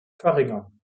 verringern